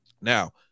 Now